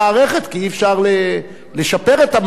כי אי-אפשר לשפר את המערכת.